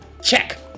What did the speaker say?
Check